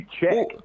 check